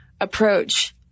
approach